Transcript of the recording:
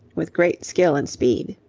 with great skill and speed.